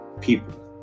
people